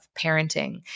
parenting